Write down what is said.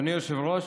אדוני היושב-ראש,